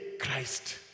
Christ